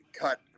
cut